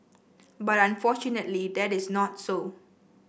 but unfortunately that is not so